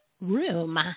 Room